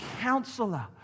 Counselor